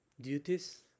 duties